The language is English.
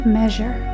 measure